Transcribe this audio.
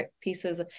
pieces